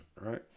right